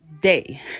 day